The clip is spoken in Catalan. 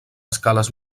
escales